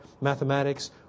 mathematics